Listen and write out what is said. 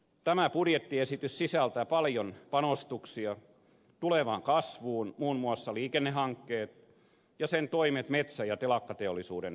tämä budjettiesitys sisältää paljon panostuksia tulevaan kasvuun muun muassa liikennehankkeet ja budjettiesityksen toimet metsä ja telakkateollisuuden turvaamiseksi